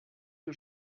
que